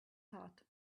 heart